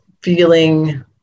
feeling